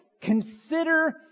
consider